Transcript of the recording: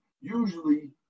usually